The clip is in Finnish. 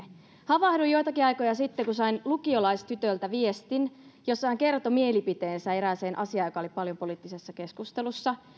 havahduin joitakin aikoja sitten kun sain lukiolaistytöltä viestin jossa hän kertoi mielipiteensä erääseen asiaan joka oli paljon poliittisessa keskustelussa